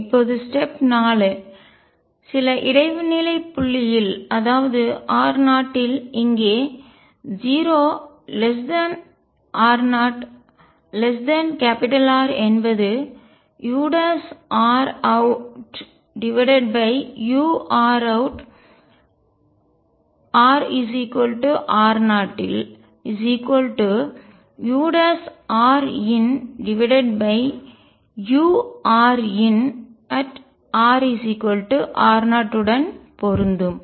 இப்போது ஸ்டெப் படி 4 சில இடைநிலை புள்ளியில் அதாவது r0இல் இங்கே 0r0R என்பது ur→ur→ |rr0uur← |rr0 உடன் பொருந்தும்